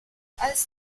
als